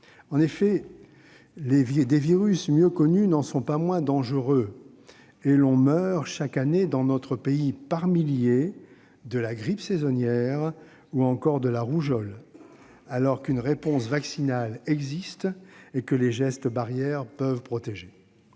En effet, des virus mieux connus n'en sont pas moins dangereux. Chaque année, dans notre pays, on meurt par milliers de la grippe saisonnière, ou encore de la rougeole, alors qu'une réponse vaccinale existe et que les gestes barrières peuvent protéger.